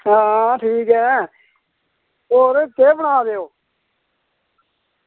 हां ठीक ऐ होर केह् बना दे ओ